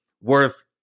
worth